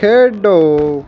ਖੇਡੋ